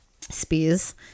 Spears